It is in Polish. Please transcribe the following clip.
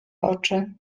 oczy